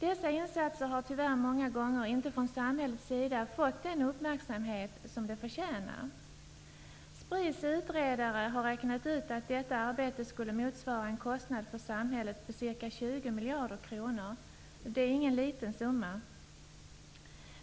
Dessa insatser har tyvärr många gånger inte från samhällets sida fått den uppmärksamhet som de förtjänar. SPRI:s utredare har räknat ut att detta arbete skulle motsvara en kostnad för samhället på ca 20 miljarder kronor. Det är ingen liten summa.